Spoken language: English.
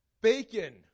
Bacon